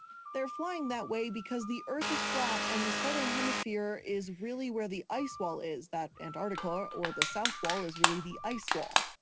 they're flying that way because the earth is flat, and the southern hemisphere is really where the ice wall is, that antarctica or or the south wall is really the ice wall.